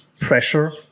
pressure